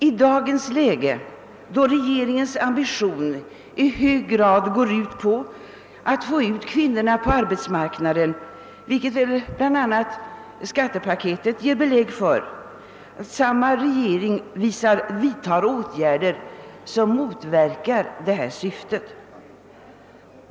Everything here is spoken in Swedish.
I dagens läge, då regeringens ambition i hög grad går ut på att få ut kvinnorna på arbetsmarknaden — det ger väl bl a. skattepaketet belägg för — vidtar samma regering åtgärder som motverkar detta syfte.